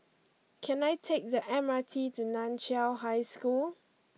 can I take the M R T to Nan Chiau High School